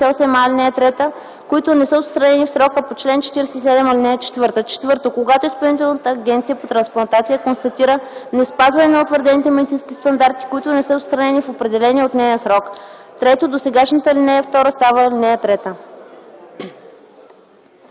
които не са отстранени в срока по чл. 47, ал. 4; 4. когато Изпълнителната агенция по трансплантация констатира неспазване на утвърдените медицински стандарти, които не са отстранени в определения от нея срок.” 3. Досегашната ал. 2 става ал. 3.”